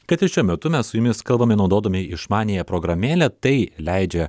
kad ir šiuo metu mes su jumis kalbame naudodami išmaniąją programėlę tai leidžia